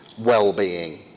well-being